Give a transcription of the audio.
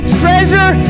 treasure